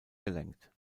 gelenkt